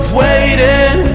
waiting